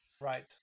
Right